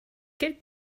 quelle